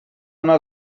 una